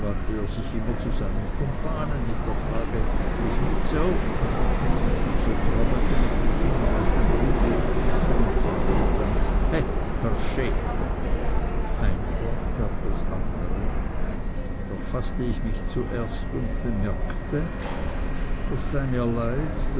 sich immer zu seinem kumpanen mit der frage isch nit so und dieser trommelte mit den fingern auf dem ruhbettkissen und sagte dann he perschee ein wort gab das andere doch faßte ich mich zuerst und bemerkte es sei mir leid